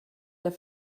der